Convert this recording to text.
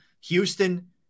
Houston